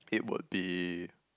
it would be